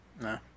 No